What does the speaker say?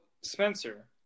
Spencer